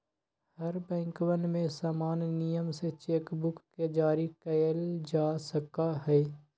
हर बैंकवन में समान नियम से चेक बुक के जारी कइल जा सका हई